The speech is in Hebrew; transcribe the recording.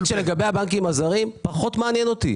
שלגבי הבנקים הזרים פחות מעניין אותי.